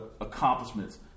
accomplishments